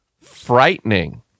frightening